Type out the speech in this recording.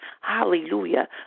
Hallelujah